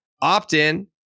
opt-in